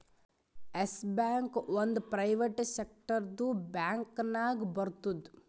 S bank ಒಂದ್ private ಸೆಕ್ಟರ್ದು bank ನಾಗ್ ಬರ್ತುದ್